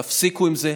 תפסיקו עם זה.